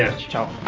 yeah ciao